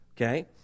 okay